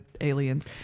aliens